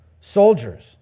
soldiers